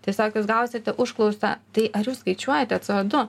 tiesiog jūs gausite užklausą tai ar jūs skaičiuojate du